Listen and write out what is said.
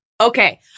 Okay